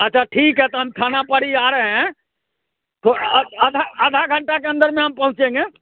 अच्छा ठीक है तो हम थाना पर ही आ रहे हैं तो आधा आधा घंटा के अन्दर में हम पहुँचेंगे